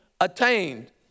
attained